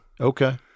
Okay